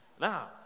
Now